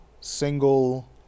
single